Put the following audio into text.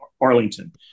Arlington